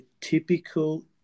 typical